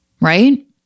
right